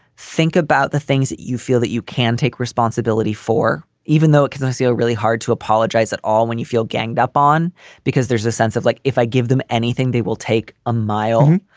think about the things that you feel that you can take responsibility for, even though it colosio really hard to apologize at all when you feel ganged up on because there's a sense of like, if i give them anything, they will take a mile.